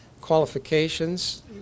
qualifications